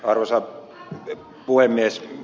arvoisa puhemies